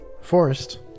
Forest